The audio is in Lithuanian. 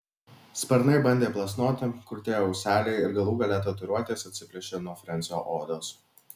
sparnai bandė plasnoti krutėjo ūseliai ir galų gale tatuiruotės atsiplėšė nuo frensio odos